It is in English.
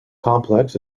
complex